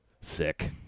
Sick